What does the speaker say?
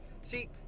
See